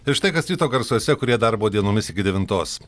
ir štai kas ryto garsuose kurie darbo dienomis iki devintos